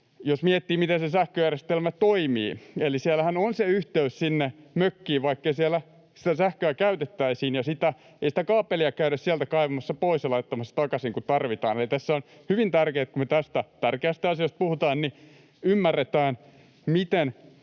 jos miettii, miten sähköjärjestelmä toimii. Eli siellähän on se yhteys sinne mökkiin, vaikkei siellä sitä sähköä käytettäisikään. Ei sitä kaapelia käydä sieltä kaivamassa pois ja laittamassa takaisin, kun tarvitaan. Eli tässä on hyvin tärkeää, että kun me tästä tärkeästä asiasta puhutaan, niin ymmärretään,